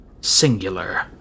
singular